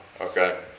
Okay